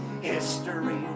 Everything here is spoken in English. history